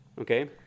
Okay